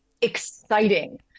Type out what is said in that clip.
exciting